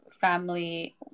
family